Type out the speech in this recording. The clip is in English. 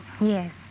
Yes